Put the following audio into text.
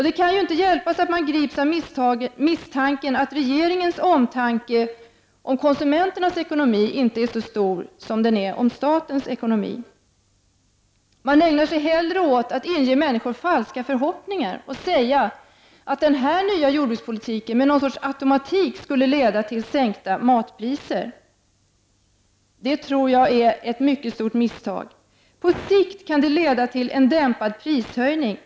Det kan inte hjälpas att jag grips av misstanken att regeringens omtanke om konsumenternas ekonomi inte är så stor som den är om statens ekonomi. Regeringen ägnar sig hellre åt att inge människor falska förhoppningar genom att säga att den nya jordbrukspolitiken med något slags automatik skulle leda till en sänkning av matpriserna. Det tror jag är ett mycket stort misstag. På sikt kan denna jordbrukspolitik leda till en dämpning av prishöjningarna.